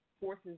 forces